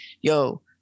yo